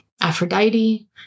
Aphrodite